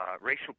racial